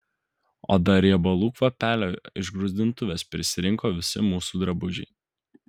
o dar riebalų kvapelio iš gruzdintuvės prisirinko visi mūsų drabužiai